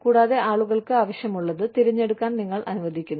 കൂടാതെ ആളുകൾക്ക് ആവശ്യമുള്ളത് തിരഞ്ഞെടുക്കാൻ നിങ്ങൾ അനുവദിക്കുന്നു